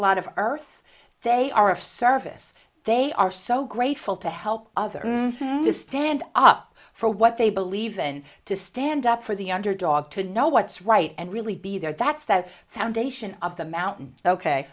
lot of earth they are of service they are so grateful to help others to stand up for what they believe in to stand up for the underdog to know what's right and really be there that's the foundation of the mountain ok